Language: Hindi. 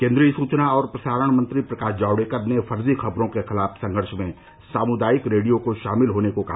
केन्द्रीय सूचना और प्रसारण मंत्री प्रकाश जावड़ेकर ने फर्जी खबरों के खिलाफ संघर्ष में सामुदायिक रेडियो को शामिल होने को कहा